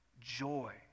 joy